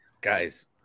Guys